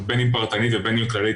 בין אם פרטנית ובין אם כללית,